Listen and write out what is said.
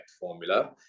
formula